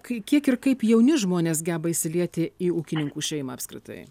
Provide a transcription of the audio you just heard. kai kiek ir kaip jauni žmonės geba įsilieti į ūkininkų šeimą apskritai